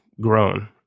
grown